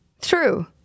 True